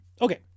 Okay